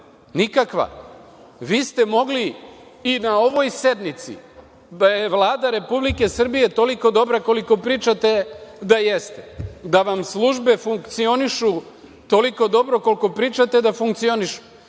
Nikakva. Vi ste mogli i na ovoj sednici, da je Vlada Republike Srbije toliko dobra koliko pričate da jeste, da vam službe funkcionišu toliko dobro koliko pričate da funkcionišu,